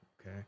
Okay